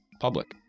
public